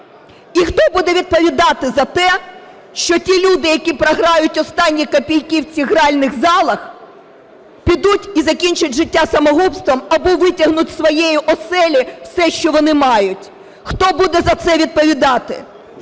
І хто буде відповідати за те, що ті люди, які програють останні копійки в цих гральних залах, підуть і закінчать життя самогубством, або витягнуть із своєї оселі все, що вони мають? Хто буде за це відповідати?